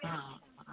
ആ